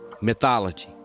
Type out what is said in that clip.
mythology